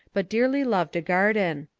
but dearly loved a garden.